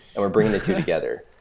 or bringing the two together.